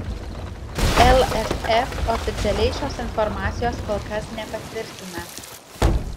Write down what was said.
lff oficialiai šios informacijos kol kas nepatvirtina